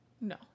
No